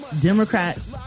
Democrats